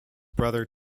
brother